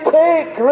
take